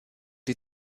die